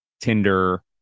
Tinder